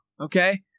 okay